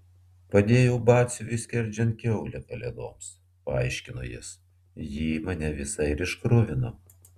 padėjau batsiuviui skerdžiant kiaulę kalėdoms paaiškino jis ji mane visą ir iškruvino